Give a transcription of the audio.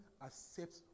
accept